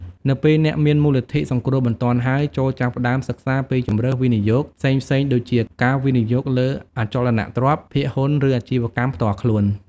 នៅពេលអ្នកមានមូលនិធិសង្គ្រោះបន្ទាន់ហើយ ចូរចាប់ផ្ដើមសិក្សាពីជម្រើសវិនិយោគផ្សេងៗដូចជា ការវិនិយោគលើអចលនទ្រព្យ ភាគហ៊ុន ឬអាជីវកម្មផ្ទាល់ខ្លួន។